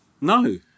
No